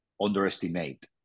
underestimate